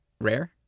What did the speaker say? rare